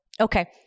Okay